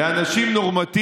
למה לסרב?